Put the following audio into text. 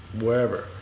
wherever